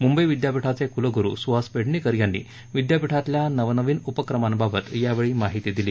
मुंबई विद्यापीठाचे कुलगुरु सुहास पेडणेकर यांनी विद्यापीठातल्या नवनवीन उपक्रमांबद्दल माहिती दिली